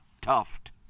tuft